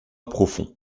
profond